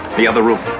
the other room.